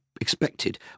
expected